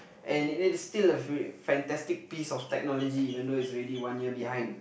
and it is still a f~ a fantastic piece of technology even though it's already one year behind